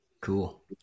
cool